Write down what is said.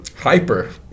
Hyper